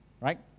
Right